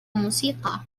موسيقى